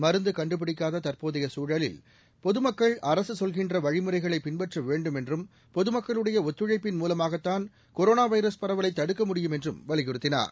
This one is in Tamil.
மருந்து கண்டுபிடிக்காத தற்போதைய சூழலில் பொதுமக்கள் அரசு சொல்லுகின்ற வழிமுறைகளை பின்பற்ற வேண்டும் என்றும் பொதுமக்களுடைய ஒத்துழைப்பின் மூலமாகத்தான் கொரோளா வைரஸ் பரவலை தடுக்க முடியும் என்றும் வலியுறுத்தினார்